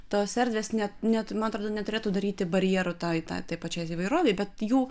tos erdvės ne ne man atrodo neturėtų daryti barjerų tai tą tai pačiai įvairovei bet jų